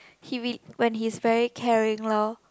he w~ when he is very caring loh